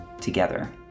together